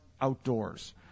outdoors